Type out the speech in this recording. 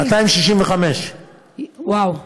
265. וואו.